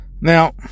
now